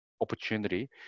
opportunity